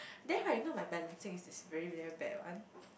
then right you know my balancing is is very very bad one